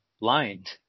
blind